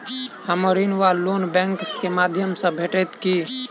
हमरा ऋण वा लोन बैंक केँ माध्यम सँ भेटत की?